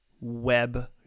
web